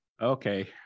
Okay